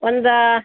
ಒಂದು